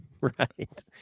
Right